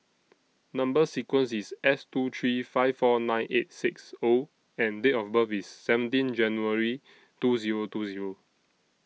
Number sequence IS S two three five four nine eight six O and Date of birth IS seventeen January two Zero two Zero